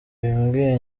bimbwiye